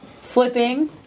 Flipping